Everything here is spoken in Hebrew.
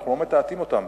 שאנחנו לא מטאטאים אותן,